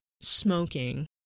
smoking